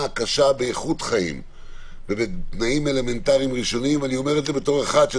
קשה באיכות חיים ובתנאים אלמנטריים ראשונים ואתם